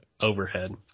overhead